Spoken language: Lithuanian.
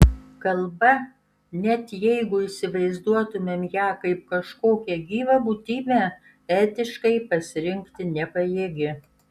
kalba net jeigu įsivaizduotumėm ją kaip kažkokią gyvą būtybę etiškai pasirinkti nepajėgi